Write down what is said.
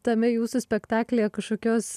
tame jūsų spektaklyje kažkokios